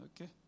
Okay